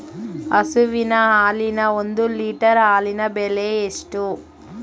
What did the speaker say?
ಹಸುವಿನ ಹಾಲಿನ ಒಂದು ಲೀಟರ್ ಹಾಲಿನ ಬೆಲೆ ಎಷ್ಟು?